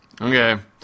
Okay